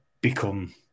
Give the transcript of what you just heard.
become